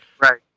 Right